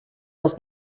els